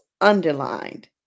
underlined